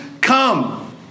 come